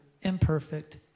imperfect